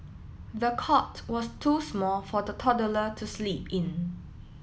the cot was too small for the toddler to sleep in